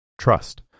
Trust